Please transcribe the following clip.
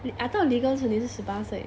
and I thought legal 是每次十八岁